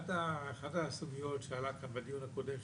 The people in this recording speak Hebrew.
אחת הסוגיות שעלו כאן בדיון הקודם,